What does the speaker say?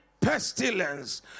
pestilence